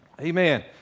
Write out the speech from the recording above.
Amen